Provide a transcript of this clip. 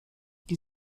die